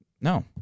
No